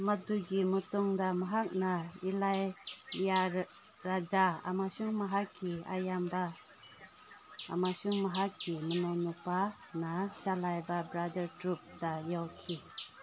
ꯃꯗꯨꯒꯤ ꯃꯇꯨꯡꯗ ꯃꯍꯥꯛꯅ ꯏꯂꯥꯏꯌꯥ ꯔꯥꯎꯖ꯭ꯌꯥ ꯑꯃꯁꯨꯡ ꯃꯍꯥꯛꯀꯤ ꯑꯌꯥꯝꯕ ꯑꯃꯁꯨꯡ ꯃꯍꯥꯛꯀꯤ ꯃꯅꯥꯎꯅꯨꯄꯥꯅ ꯆꯂꯥꯏꯕ ꯕ꯭ꯔꯗꯔ ꯇ꯭ꯔꯨꯞꯇ ꯌꯥꯎꯈꯤ